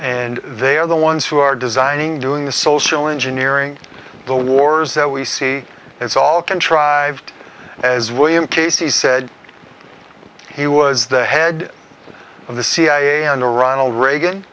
and they are the ones who are designing doing the social engineering the wars that we see it's all contrived as william casey said he was the head of the cia under ronald reagan